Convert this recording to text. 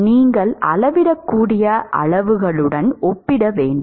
நீங்கள் அளவிடக்கூடிய அளவுகளுடன் ஒப்பிட வேண்டும்